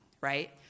right